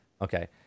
okay